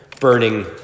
burning